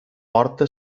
porta